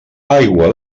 aigua